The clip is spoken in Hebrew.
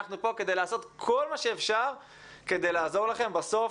אנחנו כאן כדי לעשות כל מה שאפשר כדי לעזור לכם אבל בסוף